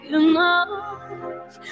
enough